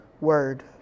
word